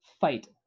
fight